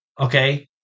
okay